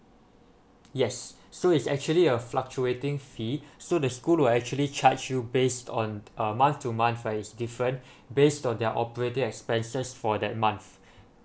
yes so is actually a fluctuating fee so the school will actually charge you based on uh month to month right it's different based on their operating expenses for that month